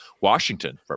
Washington